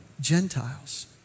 Gentiles